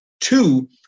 Two